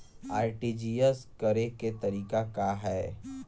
RTGS करे के तरीका का हैं?